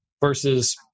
versus